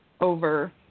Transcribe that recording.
over